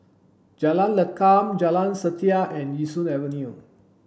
Jalan Lakum Jalan Setia and Yishun Avenue